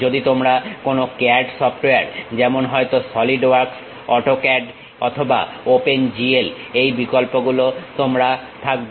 যদি তোমরা কোনো CAD সফটওয়্যার যেমন হয়তো সলিড ওয়ার্কস অটোক্যাড অথবা ওপেন জি এল এই বিকল্পগুলো তোমার থাকবে